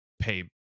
pay